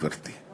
גברתי.